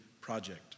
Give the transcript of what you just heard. project